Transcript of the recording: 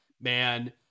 man